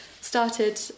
started